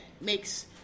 makes